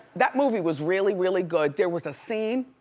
that movie was really, really good. there was a scene